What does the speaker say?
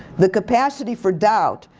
the capacity for doubt,